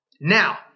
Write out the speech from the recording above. Now